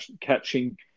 catching